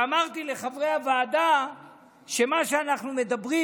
אמרתי לחברי הוועדה שכשאנחנו מדברים